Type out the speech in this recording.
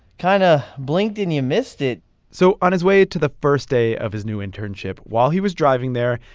kind of blinked and you missed it so on his way to the first day of his new internship, while he was driving there,